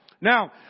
Now